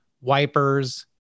wipers